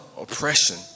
oppression